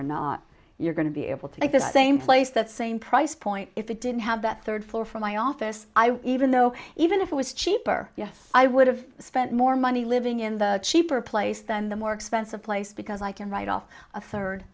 or not you're going to be able to make the same place that same price point if you didn't have that third floor for my office even though even if it was cheaper yes i would have spent more money living in the cheaper place than the more expensive place because i can write off a third